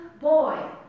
boy